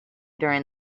during